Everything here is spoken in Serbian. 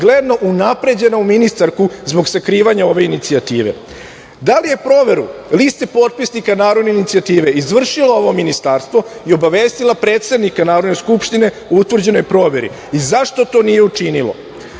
očigledno unapređena u ministarku zbog sakrivanja ove inicijative – da li je proveru liste potpisnika narodne inicijative izvršilo ovo ministarstvo i obavestilo predsednika Narodne skupštine o utvrđenoj proveri i zašto to nije učinilo?